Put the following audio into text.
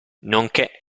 nonché